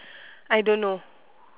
I don't know